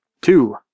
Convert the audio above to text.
Two